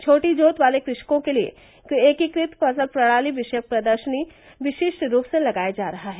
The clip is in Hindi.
छोटी जोत वाले कृषकों के लिए एकीकृत फसल प्रणाली विषयक प्रदर्शन विशिष्ट रूप से लगाया जा रहा है